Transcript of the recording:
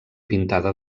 pintada